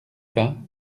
bas